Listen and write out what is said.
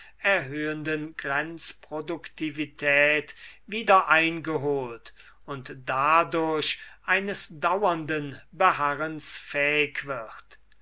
erhöhenden grenzproduktivität wieder ein geholt und dadurch eines dauernden beharrens fähig wird